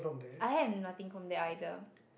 I have nothing from there either